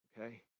okay